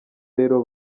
rero